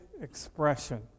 expression